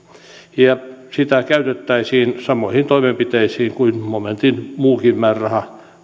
ja sitä käytettäisiin samoihin toimenpiteisiin kuin momentin muukin määräraha